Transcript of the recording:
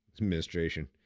administration